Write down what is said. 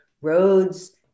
roads